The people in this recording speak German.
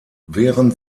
während